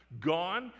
gone